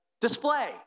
display